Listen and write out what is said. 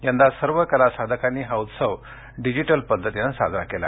यंदा सर्व कलासाधकानी हा उत्सव डिजिटल पद्धतीनं साजरा केला